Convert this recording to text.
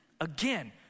Again